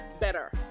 better